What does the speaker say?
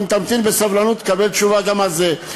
אם תמתין בסבלנות, תקבל תשובה גם על זה.